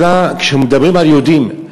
כשמדברים על "יהודית",